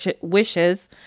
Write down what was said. wishes